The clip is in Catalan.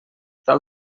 tal